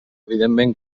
evidentment